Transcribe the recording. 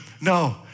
No